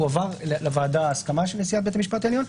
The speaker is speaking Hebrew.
והועברה לוועדה ההסכמה של נשיאת בית המשפט העליון,